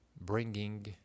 bringing